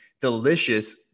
delicious